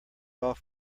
off